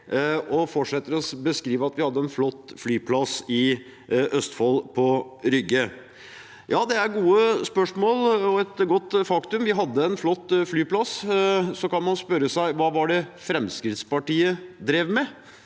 Han fortsetter med å beskrive at vi hadde en flott flyplass i Østfold, på Rygge. Ja, det er et godt spørsmål og et godt faktum. Vi hadde en flott flyplass. Så kan man spørre seg: Hva var det Fremskrittspartiet drev med?